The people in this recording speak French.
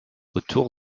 autour